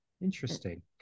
Interesting